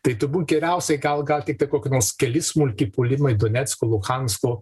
tai turbūt geriausiai gal gal tiktai kokie nors keli smulki puolimai donecko luhansko